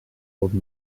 old